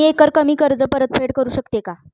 मी एकरकमी कर्ज परतफेड करू शकते का?